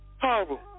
Horrible